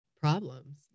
problems